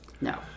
No